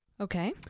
Okay